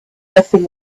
nothing